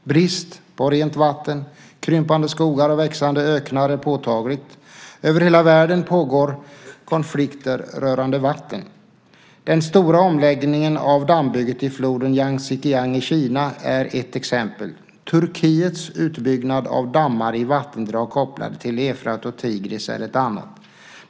Brist på rent vatten, krympande skogar och växande öknar är påtagligt. Över hela världen pågår konflikter rörande vatten. Den stora omläggningen av och dammbygget i floden Yangtsekiang i Kina är ett exempel. Turkiets utbyggnad av dammar i vattendrag kopplade till Eufrat och Tigris är ett annat.